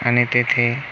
आणि तेथे